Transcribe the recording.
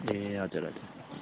ए हजुर हजुर